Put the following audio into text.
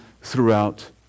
throughout